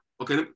Okay